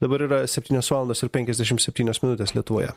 dabar yra septynios valandos ir penkiasdešim septynios minutės lietuvoje